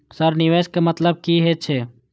Sir निवेश के मतलब की हे छे?